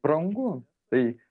brangu tai